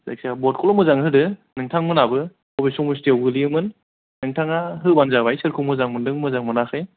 जायखिजाया भतखौल' मोजांयै होदो नोंथांमोनाबो बबे समिसथियाव गोग्लैयोमोन नोंथांआ होबानो जाबाय सोरखौ मोजां मोन्दों सोरखौ मोजां मोनाखै